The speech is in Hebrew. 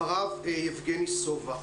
אחריו יבגני סובה.